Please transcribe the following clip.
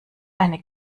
eine